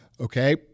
Okay